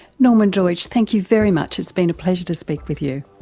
norman doidge, thank you very much, it's been a pleasure to speak with you.